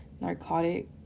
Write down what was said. narcotic